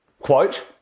Quote